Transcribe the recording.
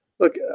Look